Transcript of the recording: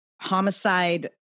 homicide